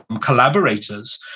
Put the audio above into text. collaborators